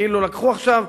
כאילו לקחו עכשיו,